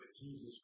Jesus